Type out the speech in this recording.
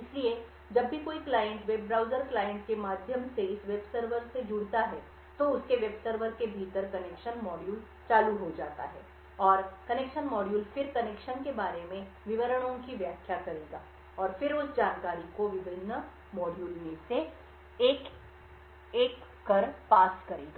इसलिए जब भी कोई क्लाइंट वेब ब्राउज़र क्लाइंट के माध्यम से इस वेब सर्वर से जुड़ता है तो उसके वेब सर्वर के भीतर कनेक्शन मॉड्यूल चालू हो जाता है और कनेक्शन मॉड्यूल फिर कनेक्शन के बारे में विवरणों की व्याख्या करेगा और फिर उस जानकारी को विभिन्न मॉड्यूलों में से एक एक कर पास करेगा